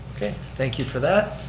okay, thank you for that,